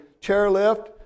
chairlift